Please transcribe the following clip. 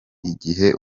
igihe